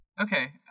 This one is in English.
Okay